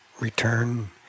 Return